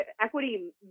equity